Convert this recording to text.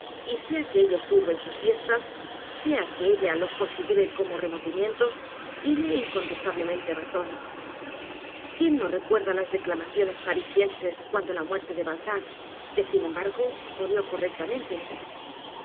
y sea que ellos turben sus fiestas sea que ella los considere como remordimientos tiene incontestablemente razón quién no recuerda las declamaciones parisienses cuando la muerte de balzac que sin embargo murió correctamente